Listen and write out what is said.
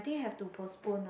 I think have to postpone ah